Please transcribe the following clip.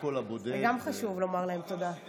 זה גם חשוב לומר להם תודה,